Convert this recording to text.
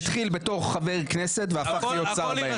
שהתחיל כחבר כנסת והפך להיות שר.